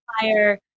fire